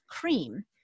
cream